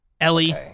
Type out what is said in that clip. Ellie